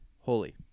Holy